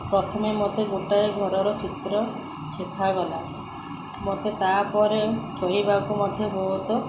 ପ୍ରଥମେ ମୋତେ ଗୋଟିଏ ଘରର ଚିତ୍ର ଶିଖାଗଲା ମୋତେ କରିବାକୁ ମଧ୍ୟ ବହୁତ